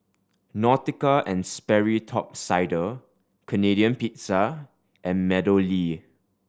Nautica and Sperry Top Sider Canadian Pizza and MeadowLea